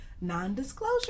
non-disclosure